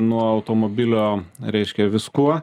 nuo automobilio reiškia viskuo